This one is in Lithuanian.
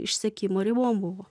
išsekimo ribom buvo